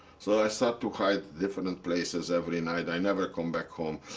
so i start to hide different places every night. i never come back home.